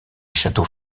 châteaux